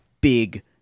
big